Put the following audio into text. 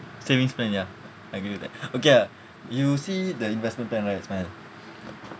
savings plan ya I agree with that okay ya you see the investment plan right ismail